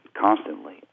constantly